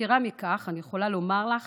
יתרה מזו, אני יכולה לומר לך